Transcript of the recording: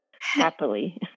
happily